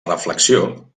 reflexió